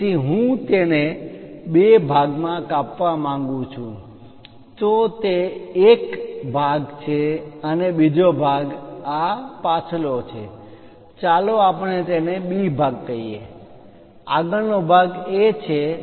તેથી જો હું તેને બે ભાગોમાં કાપવા માંગું છું તો તે એક ભાગ છે અને બીજો ભાગ આ પાછલો છે ચાલો આપણે તેને B ભાગ કહીએ આગળનો ભાગ A છે